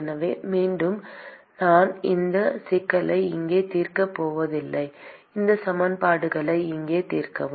எனவே மீண்டும் நான் இந்த சிக்கலை இங்கே தீர்க்கப் போவதில்லை இந்த சமன்பாடுகளை இங்கே தீர்க்கவும்